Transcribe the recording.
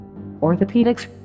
Orthopedics